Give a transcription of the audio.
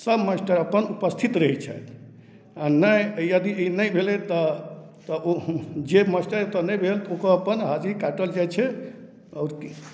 सब मास्टर अपन उपस्थित रहै छथि आओर नहि यदि ई नहि भेलय तऽ तऽ ओ जे मास्टर एतऽ नहि भेल ओकर अपन हाजिरी काटल जाइ छै आओर की